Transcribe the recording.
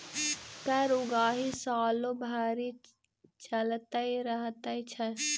कर उगाही सालो भरि चलैत रहैत छै